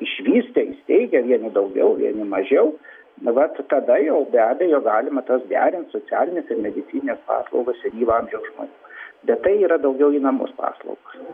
išvystę įsteigę vieni daugiau vieni mažiau vat tada jau be abejo galima tas gerint socialines ir medicinines paslaugas senyvo amžiaus žmonėm bet tai yra daugiau į namus paslaugos